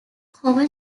common